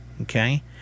Okay